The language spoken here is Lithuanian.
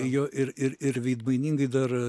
jo ir ir ir veidmainingai dar